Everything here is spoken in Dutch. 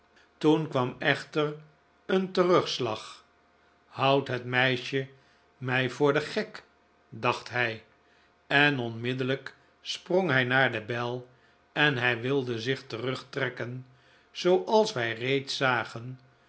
toen kwam echter een terugslag houdt het meisje mij voor den gek dacht hij en onmiddellijk sprong hij naar de bel en hij wilde zich terugtrekken zooals wij reeds zagen